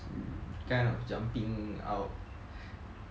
kind of jumping out